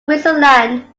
switzerland